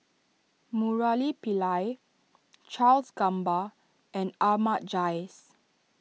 Murali Pillai Charles Gamba and Ahmad Jais